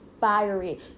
fiery